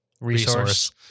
Resource